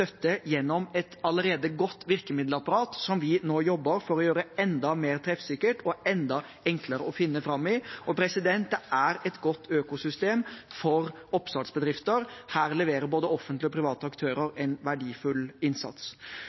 gjennom et allerede godt virkemiddelapparat som vi nå jobber for å gjøre enda mer treffsikkert og enda enklere å finne fram i. Det er et godt økosystem for oppstartsbedrifter, og her leverer både offentlige og private aktør en verdifull innsats.